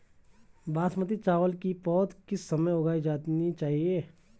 बासमती चावल की पौध किस समय उगाई जानी चाहिये?